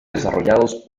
desarrollados